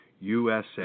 USA